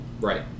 right